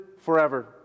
forever